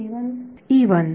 विद्यार्थी E 1